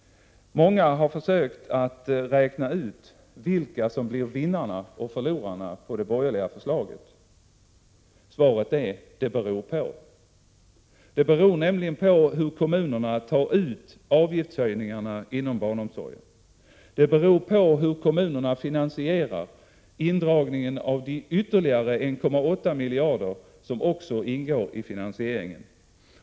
Många har försökt att räkna ut vilka som blir vinnarna och förlorarna med det borgerliga förslaget. Svaret är: Det beror på. Det beror nämligen på hur kommunerna tar ut avgiftshöjningarna inom barnomsorgen. Det beror på hur kommunerna finansierar indragningen av de ytterligare 1,8 miljarder som också ingår i finansieringen.